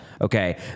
Okay